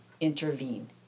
intervene